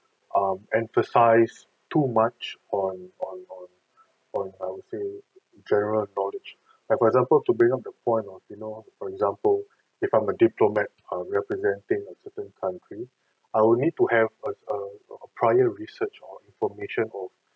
um emphasize too much on on on on how to say general knowledge like for example to bring up the point of you know for example if I'm a diplomat err representing a certain country I would need to have err a prior research or information of